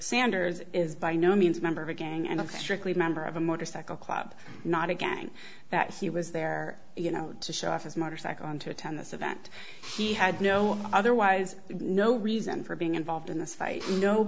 sanders is by no means a member of a gang and a strictly member of a motorcycle club not a gang that he was there you know to show off his motorcycle and to attend this event he had no otherwise no reason for being involved in this fight no